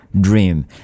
dream